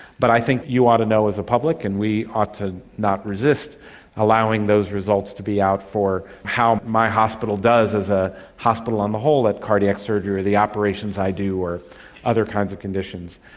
but i think you ought to know as a public and we ought to not resist allowing those results to be out for how my hospital does as a hospital on the whole at cardiac surgery, the operations i do or other kinds of conditions.